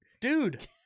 Dude